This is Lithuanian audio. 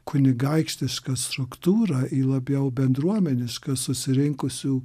kunigaikštišką struktūrą į labiau bendruomenišką susirinkusių